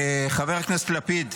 חבר הכנסת לפיד,